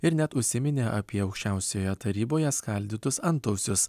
ir net užsiminė apie aukščiausioje taryboje skaldytus antausius